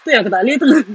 itu yang aku tak boleh tu